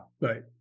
right